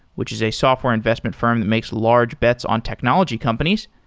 which is a software investment firm that makes large bets on technology companies.